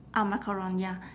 ah macaron ya